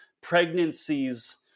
pregnancies